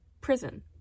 prison